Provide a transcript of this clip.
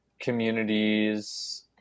communities